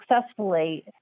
successfully